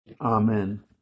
Amen